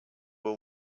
will